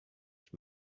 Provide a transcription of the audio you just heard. ich